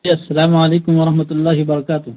یسلام علیکم ورحمت اللہ وبرکاتہ